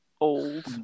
old